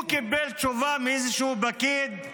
הוא קיבל תשובה מאיזשהו פקיד.